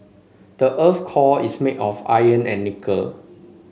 the earth's core is made of iron and nickel